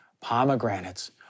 pomegranates